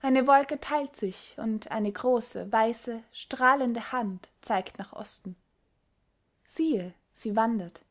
eine wolke teilt sich und eine große weiße strahlende hand zeigt nach osten siehe sie wandert